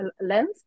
lens